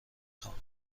خواهم